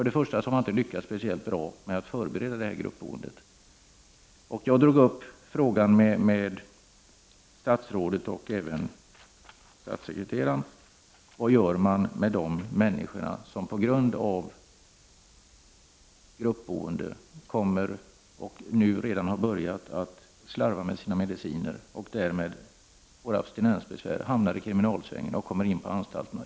Man har inte lyckats särskilt bra med att förbereda detta gruppboende, och jag tog upp frågan med statsrådet och statssekreteraren: Vad gör man med de människor som i gruppboendet slarvar med sina mediciner och därmed får absti nensbesvär, hamnar i kriminalsvängen och kommer in på anstalterna?